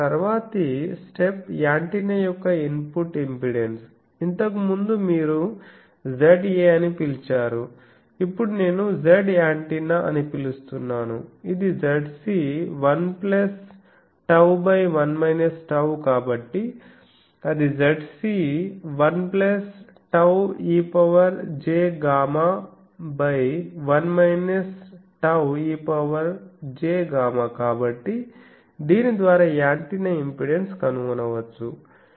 కాబట్టి తరువాతి step antenna యొక్క ఇన్పుట్ ఇంపెడెన్స్ ఇంతకు ముందు మీరు Za అని పిలిచారు ఇప్పుడు నేను Zantenna అని పిలుస్తున్నాను ఇది Zc 1 г 1 г కాబట్టి అది Zc1 I г Iejɣ1 I г Iejɣ కాబట్టి దీని ద్వారా యాంటెన్నా ఇంపెడెన్స్ కనుక్కోవచ్చు